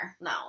no